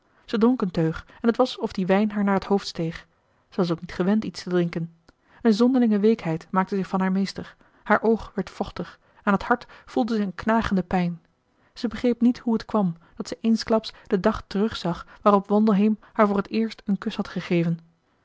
dronk een teug en het was of die wijn haar naar t hoofd steeg zij was ook niet gewend iets te drinken een zonderlinge weekheid maakte zich van haar meester haar oog werd vochtig aan het hart voelde zij een knagende pijn zij begreep niet hoe het kwam dat zij eensklaps den dag terugzag waarop wandelheem haar voor het eerst een kus had gegeven